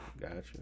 Gotcha